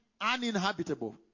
uninhabitable